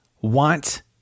want